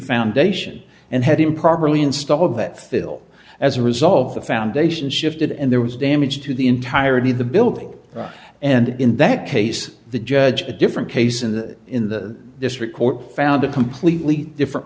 foundation and had improperly installed that phil as a result of the foundation shifted and there was damage to the entirety of the building and in that case the judge a different case in the in the district court found a completely different